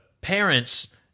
parents